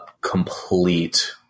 complete